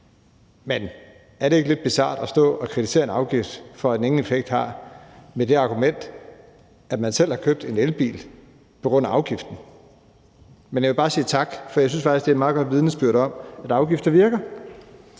Men er det ikke lidt bizart at kritisere en afgift for, at den ingen effekt har, med det argument, at man selv har købt en elbil på grund af afgiften? Men jeg vil bare sige tak, for jeg synes faktisk, at det er et meget godt vidnesbyrd om, at afgifter virker,